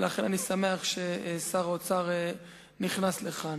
ולכן אני שמח ששר האוצר נכנס לכאן.